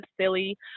silly